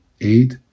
eight